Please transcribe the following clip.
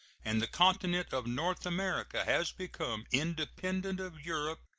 and the continent of north america has become independent of europe,